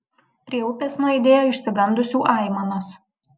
prie upės nuaidėjo išsigandusių aimanos